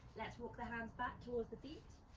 let's walk the hands back towards the feet,